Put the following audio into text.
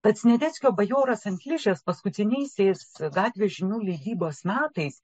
pats sniadeckio bajoras ant ližės paskutiniaisiais gatvės žinių leidybos metais